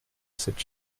cette